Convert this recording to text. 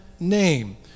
Name